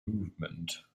movement